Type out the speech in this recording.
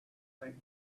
think